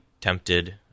tempted